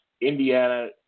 Indiana